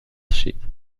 sheet